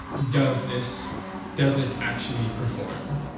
does this does this actually perform?